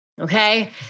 okay